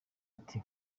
ati